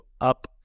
up